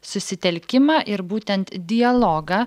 susitelkimą ir būtent dialogą